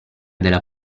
della